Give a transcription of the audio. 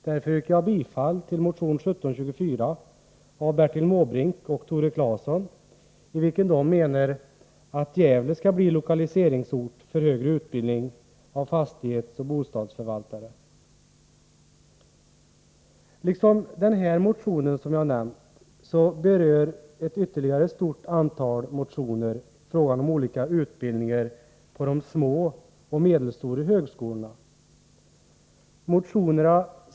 Därför yrkar jag bifall till motion 1724 av Bertil Måbrink och Tore Claeson, i vilken de menar att Gävle skall bli lokaliseringsort för högre utbildning av fastighetsoch bostadsförvaltare. Liksom den motion jag här nämnt berör ytterligare ett stort antal motioner frågan om olika utbildningar på de små och medelstora högskolorna.